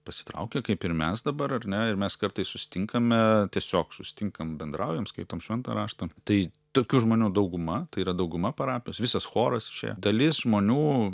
pasitraukė kaip ir mes dabar ar ne ir mes kartais susitinkame tiesiog susitinkam bendraujam skaitom šventą raštą tai tokių žmonių dauguma tai yra dauguma parapijos visas choras išėjo dalis žmonių